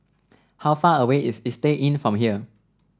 how far away is Istay Inn from here